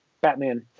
Batman